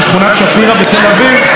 בשכונת שפירא בתל אביב.